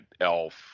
elf